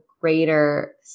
greater